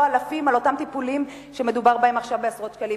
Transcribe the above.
אלפים על אותם טיפולים שמדובר בהם עכשיו שיהיו בעשרות שקלים.